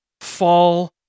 fall